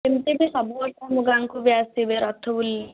ଏମିତିବି ସବୁ ବର୍ଷ ଆମ ଗାଁକୁ ବି ଆସିବେ ରଥ ବୁଲି